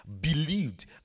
believed